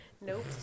Nope